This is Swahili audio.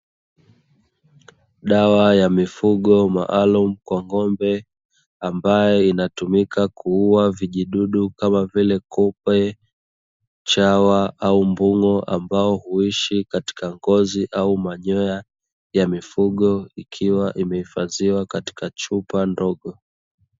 Dawa ya mifugo maalumu kwa ng'ombe, ambayo inatumika kuua vijidudu kama vile: kupe, chawa au mbung'o, ambao huishi katika ngozi au manyoya ya mifugo ikiwa imehifadhiwa katika chupa ndogo.